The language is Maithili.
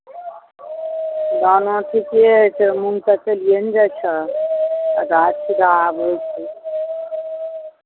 धानो ठीके होइ छै मूँग तऽ चलिए ने जाइ छै आधा छिधा आबै छै